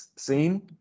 scene